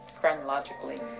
Chronologically